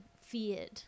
feared